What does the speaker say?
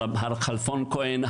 על הרב כלפון הכהן,